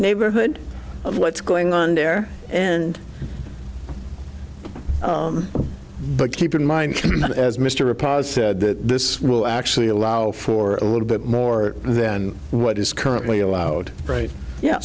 neighborhood of what's going on there and but keep in mind as mr repast said that this will actually allow for a little bit more than what is currently allowed right yeah